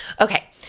Okay